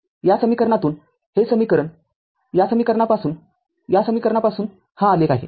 या समीकरणातून हे समीकरणया समीकरणापासूनया समीकरणापासून हा आलेख आहे